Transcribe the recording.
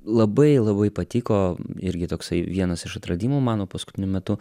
labai labai patiko irgi toksai vienas iš atradimų mano paskutiniu metu